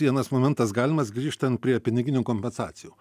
vienas momentas galimas grįžtant prie piniginių kompensacijų